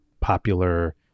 popular